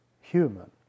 human